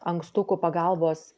ankstukų pagalbos